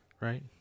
right